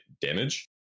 damage